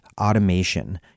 automation